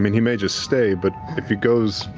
i mean he may just stay, but if he goes.